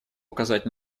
указать